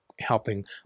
helping